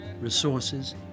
resources